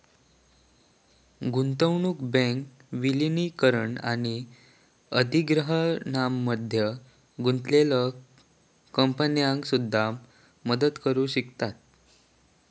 गुंतवणूक बँक विलीनीकरण आणि अधिग्रहणामध्ये गुंतलेल्या कंपन्यांका सुद्धा मदत करू शकतत